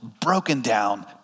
broken-down